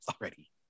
already